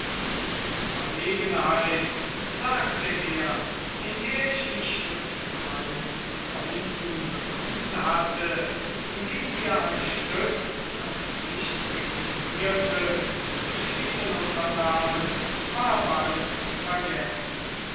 die verlegenheit sagte er in der ich mich mit meinen freunden befunden hatte indem wir ein stück das nicht existierte zu spielen unternahmen war bald vergessen